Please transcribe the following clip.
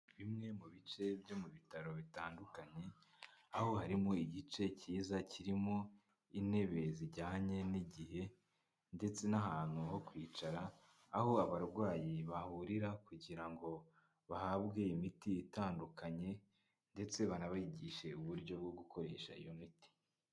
Bimwe mu bice byo mu bitaro bitandukanye aho harimo igice cyiza kirimo intebe zijyanye n'igihe ndetse n'ahantu ho kwicara, aho abarwayi bahurira kugira ngo bahabwe imiti itandukanye ndetse banabigishe uburyo bwo gukoresha iyo miti.